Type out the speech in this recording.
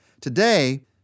Today